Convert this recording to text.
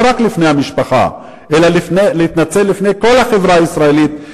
לא רק בפני המשפחה אלא להתנצל בפני כל החברה הישראלית,